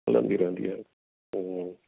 हलंदी रहंदी आहे हा